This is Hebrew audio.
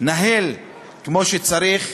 ולנהל כמו שצריך